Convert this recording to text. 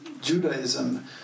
Judaism